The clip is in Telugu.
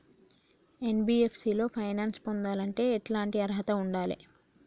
ఎన్.బి.ఎఫ్.సి లో ఫైనాన్స్ పొందాలంటే ఎట్లాంటి అర్హత ఉండాలే?